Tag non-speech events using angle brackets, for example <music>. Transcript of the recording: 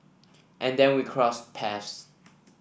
and then we crossed paths <noise>